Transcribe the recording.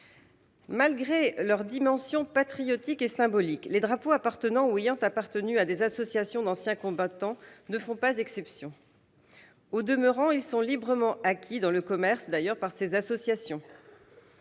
Malgré leur dimension patriotique et symbolique, les drapeaux appartenant ou ayant appartenu à des associations d'anciens combattants ne font pas exception. Au demeurant, ils sont librement acquis dans le commerce par ces associations.